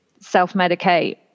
self-medicate